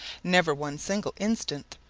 never one single instant,